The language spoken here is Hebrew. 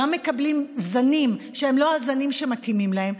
גם מקבלים זנים שהם לא הזנים שמתאימים להם,